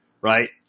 right